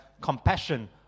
compassion